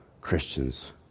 Christians